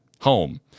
Home